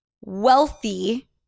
wealthy